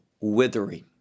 withering